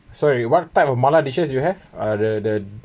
sorry what type of mala dishes you have uh the the